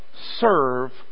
serve